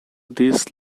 this